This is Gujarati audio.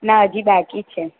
ના હજી બાકી છે